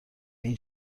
این